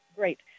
Great